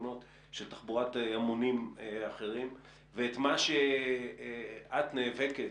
והפתרונות של תחבורת המונים ומה שאת נאבקת,